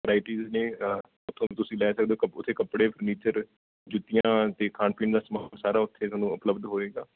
varieties ਨੇ ਉੱਥੋਂ ਤੁਸੀਂ ਲੈ ਸਕਦੇ ਹੋ ਉੱਥੇ ਕੱਪੜੇ ਫਰਨੀਚਰ ਜੁੱਤੀਆਂ ਅਤੇ ਖਾਣ ਪੀਣ ਦਾ ਸਮਾਨ ਸਾਰਾ ਉੱਥੇ ਤੁਹਾਨੂੰ ਉਪਲਬਧ ਹੋਏਗਾ